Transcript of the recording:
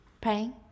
Praying